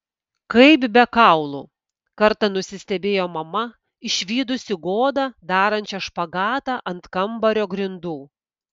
kaip be kaulų kartą nusistebėjo mama išvydusi godą darančią špagatą ant kambario grindų